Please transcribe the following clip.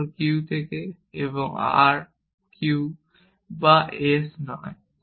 তারপর q থেকে এবং q বা s নয়